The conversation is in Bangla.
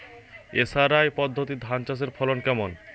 এস.আর.আই পদ্ধতি ধান চাষের ফলন কেমন?